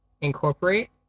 incorporate